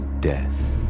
Death